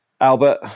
Albert